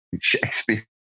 Shakespeare